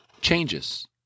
changes